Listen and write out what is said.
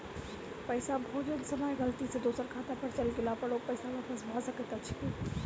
पैसा भेजय समय गलती सँ दोसर खाता पर चलि गेला पर ओ पैसा वापस भऽ सकैत अछि की?